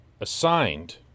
assigned